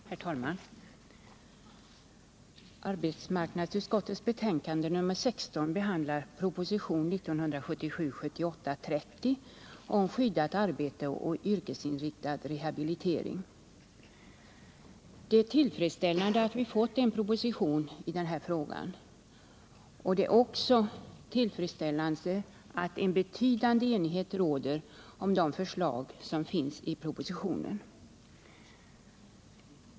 Herr talman! Arbetsmarknadsutskottets betänkande nr 16 behandlar proposition 1977/78:30 om skyddat arbete och yrkesinriktad rehabilitering. Det är tillfredsställande att vi fått en proposition om dessa frågor, och det är också tillfredsställande att en betydande enighet råder om de förslag som finns i propositionen.